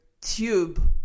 tube